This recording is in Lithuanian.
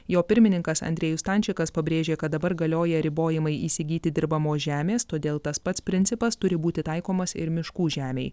jo pirmininkas andrejus stančikas pabrėžė kad dabar galioja ribojimai įsigyti dirbamos žemės todėl tas pats principas turi būti taikomas ir miškų žemei